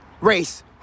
race